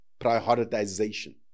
prioritization